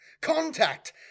Contact